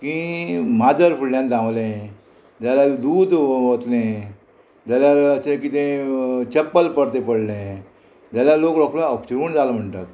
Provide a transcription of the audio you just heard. की माजर फुडल्यान धांवले जाल्यार दूद वतले जाल्यार अशें कितें चप्पल परतें पडलें जाल्यार लोक रोकडो अपशगूण जालो म्हणटात